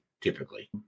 typically